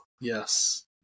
Yes